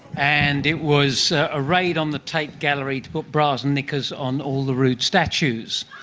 and it was a raid on the tate gallery to put bras and knickers on all the rude statues.